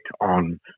on